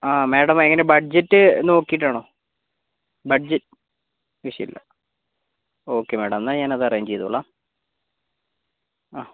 ആ മാഡം എങ്ങനെയാണ് ബഡ്ജറ്റ് നോക്കിയിട്ടാണോ ബഡ്ജ വിഷയമില്ല ഓക്കെ മാഡം എന്നാൽ ഞാനത് അറേഞ്ച് ചെയ്തോളാം ആഹ്